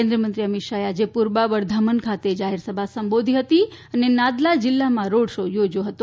કેન્દ્રિય મંત્રી અમિત શાહે આજે પૂર્બા બરધામન ખાતે જાહેર સભા સંબોધી હતી અને નાદલા જીલ્લામાં રોડ શો યોજ્યો હતો